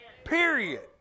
period